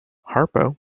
harpo